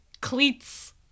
cleats